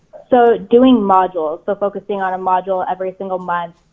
so doing modules, so focusing on a module every single month,